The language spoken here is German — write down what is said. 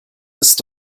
ist